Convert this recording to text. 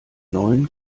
neuen